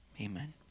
amen